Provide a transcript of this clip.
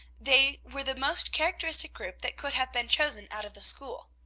they were the most characteristic group that could have been chosen out of the school.